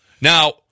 Now